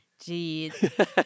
Jeez